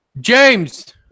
James